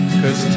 cause